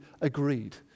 agreed